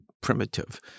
primitive